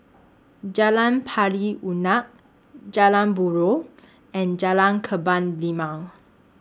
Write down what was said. Jalan Pari Unak Jalan Buroh and Jalan Kebun Limau